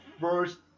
first